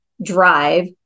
drive